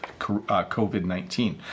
COVID-19